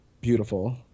Beautiful